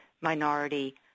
minority